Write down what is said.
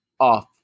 off